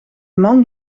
man